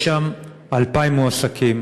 יש שם 2,000 מועסקים.